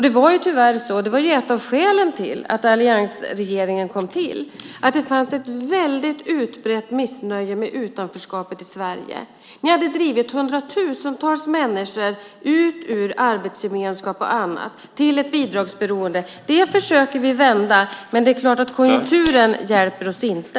Ett av skälen till att alliansregeringen kom till var att det fanns ett väldigt utbrett missnöje på grund av utanförskapet i Sverige. Ni hade drivit hundratusentals människor ut ur arbetsgemenskap till ett bidragsberoende. Det försöker vi vända, men konjunkturen hjälper oss inte.